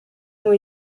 ont